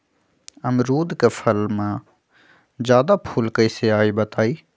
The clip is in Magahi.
अमरुद क फल म जादा फूल कईसे आई बताई?